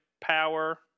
power